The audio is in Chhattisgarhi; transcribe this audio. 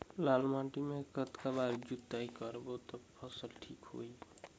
लाल माटी ला कतना बार जुताई करबो ता फसल ठीक होती?